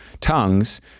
tongues